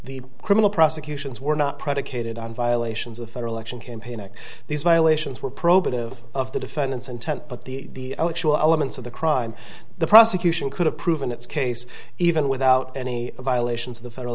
the criminal prosecutions were not predicated on violations of federal election campaign and these violations were probative of the defendant's intent but the actual elements of the crime the prosecution could have proven its case even without any violations of the federal